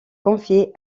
confiée